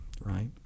right